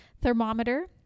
thermometer